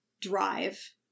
drive